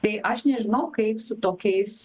tai aš nežinau kaip su tokiais